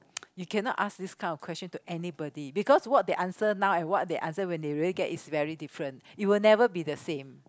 you cannot ask this kind of question to anybody because what they answer now and what they answer when they really get is really different it'll never be the same